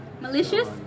malicious